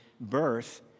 birth